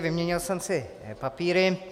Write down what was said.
Vyměnil jsem si papíry.